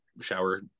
shower